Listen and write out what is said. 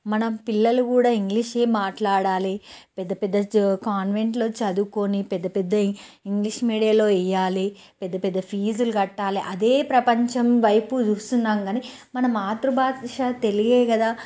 మన పిల్లలు కూడా ఇంగ్లీషే మాట్లాడాలి పెద్ద పెద్ద కాన్వెంటులో చదువుకొని పెద్దపెద్ద ఇంగ్లీష్ మీడియంలో వెయ్యాలి పెద్దపెద్ద ఫీజులు కట్టాలి అదే ప్రపంచం వైపు చూస్తున్నాం గానీ మన మాతృభాష తెలుగే కదా